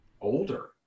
Older